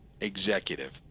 executive